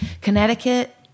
Connecticut